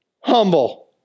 humble